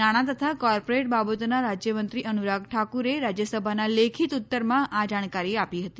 નાણાં તથા કોર્પોરેટ બાબતોના રાજ્યમંત્રી અનુરાગ ઠાકુરે રાજ્યસભાના લેખિત ઉત્તરમાં આ જાણકારી આપી હતી